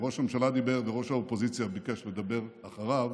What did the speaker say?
ראש הממשלה דיבר וראש האופוזיציה ביקש לדבר אחריו,